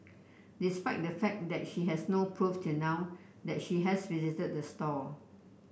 despite the fact that she has no proof till now that she has visited the store